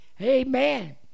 Amen